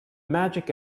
magic